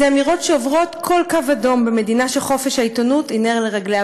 אלה אמירות שעוברות כל קו אדום במדינה שחופש העיתונות הוא נר לרגליה,